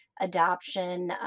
adoption